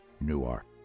Newark